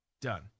Done